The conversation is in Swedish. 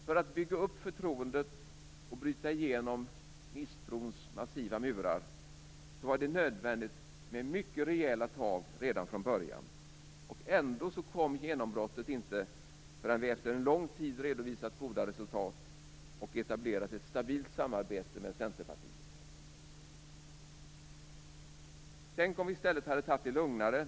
För att bygga upp förtroendet och bryta igenom misstrons massiva murar var det nödvändigt med mycket rejäla tag redan från början. Ändå kom genombrottet inte förrän vi efter en lång tid redovisat goda resultat och etablerat ett stabilt samarbete med Centerpartiet. Tänk om vi i stället hade tagit det lugnare.